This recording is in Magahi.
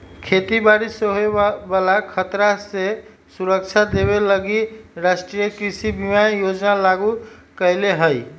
खेती बाड़ी से होय बला खतरा से सुरक्षा देबे लागी राष्ट्रीय कृषि बीमा योजना लागू कएले हइ